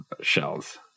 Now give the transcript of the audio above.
shells